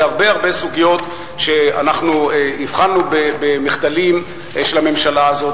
להרבה סוגיות שאנחנו הבחנו במחדלים של הממשלה הזאת.